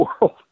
world